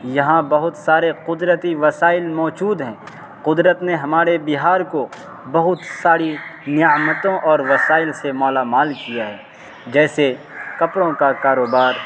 یہاں بہت سارے قدرتی وسائل موجود ہیں قدرت نے ہمارے بہار کو بہت ساری نعمتوں اور وسائل سے مالامال کیا ہے جیسے کپڑوں کا کاروبار